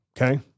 Okay